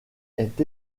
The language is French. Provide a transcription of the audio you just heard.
est